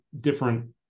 different